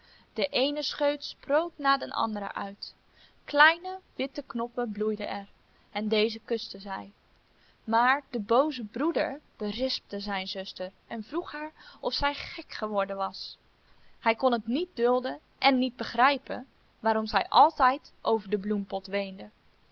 de eene scheut sproot na den anderen uit kleine witte knoppen bloeiden er en deze kuste zij maar de booze broeder berispte zijn zuster en vroeg haar of zij gek geworden was hij kon het niet dulden en niet begrijpen waarom zij altijd over den bloempot weende